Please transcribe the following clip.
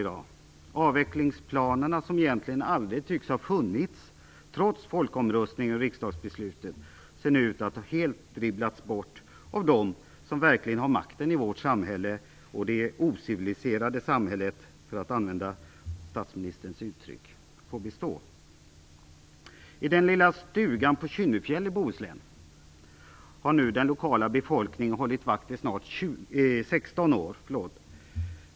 De avvecklingsplaner som egentligen aldrig tycks ha funnits, trots folkomröstning och riksdagsbesluten, ser nu ut att ha helt dribblats bort av dem som verkligen har makten i vårt samhälle. Det ociviliserade samhället, för att använda statsministerns uttryck, får bestå. I den lilla stugan på Kynnefjäll i Bohuslän har nu den lokala befolkningen hållit vakt i snart 16 år.